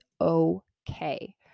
okay